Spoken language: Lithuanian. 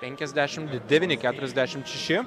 penkiasdešimt devyni keturiasdešimt šeši